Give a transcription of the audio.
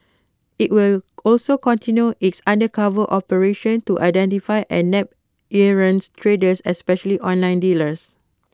IT will also continue its undercover operations to identify and nab errant traders especially online dealers